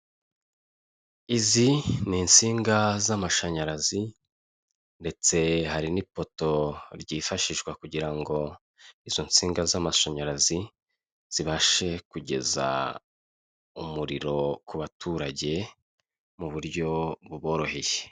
Izi ni insinga z'amashanyarazi ndetse hari n'ipoto ryifashishwa kugira ngo izo nsinga z'amashanyarazi zibashe kugeza umuriro ku baturage mu buryo buboroheye.